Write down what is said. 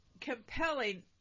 compelling